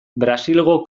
brasilgo